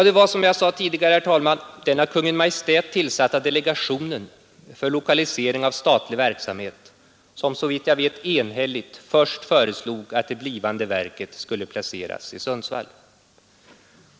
Det var, som jag sade tidigare, den av Kungl. Maj:t tillsatta delegationen för lokalisering av statlig verksamhet som — såvitt jag vet enhälligt — först föreslog att det blivande domstolsverket skulle placeras i Sundsvall.